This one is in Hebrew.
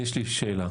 יש לי בקשה.